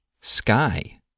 sky